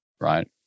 right